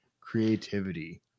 creativity